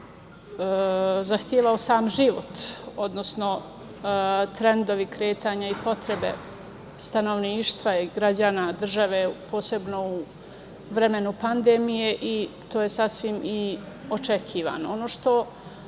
zahtevao sam život, odnosno trendovi kretanja i potrebe stanovništva i građana države, posebno u vremenu pandemije, i to je sasvim očekivano. Ono što